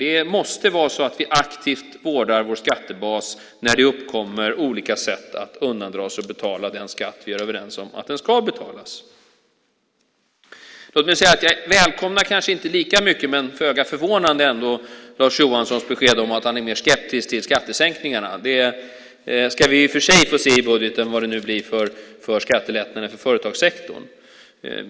Det måste vara så att vi aktivt vårdar vår skattebas när det uppkommer olika sätt att undandra sig att betala den skatt som vi är överens om ska betalas. Låt mig säga att jag kanske inte välkomnar lika mycket, men föga förvånande, Lars Johanssons besked om att han är mer skeptisk till skattesänkningarna. Vi ska i och för sig få se i budgeten vad det blir för skattelättnader för företagarsektorn.